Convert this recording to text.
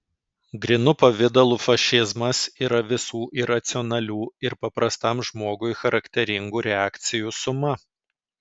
grynu pavidalu fašizmas yra visų iracionalių ir paprastam žmogui charakteringų reakcijų suma